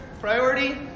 Priority